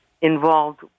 involved